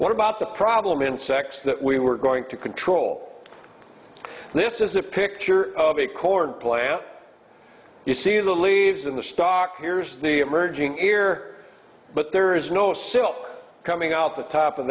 what about the problem insects that we were going to control this is a picture of a corn play out you see the leaves in the stock here's the emerging ear but there is no sill coming out the top of